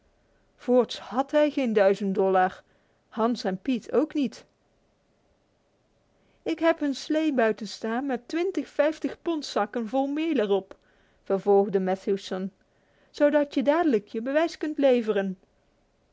voorts had hij geen duizend dollars hans en pete ook niet ik heb een slee buiten staan met twintig vijftigponds zakken meel er op vervolgde matthewson zodat je dadelijk je bewijs kunt leveren